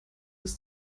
bis